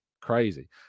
Crazy